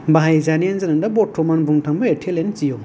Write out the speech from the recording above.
बाहायजानायनो जादों बरतमान बुंनो थाङोब्ला एयारटेल आरो जिअ